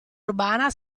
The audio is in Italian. urbana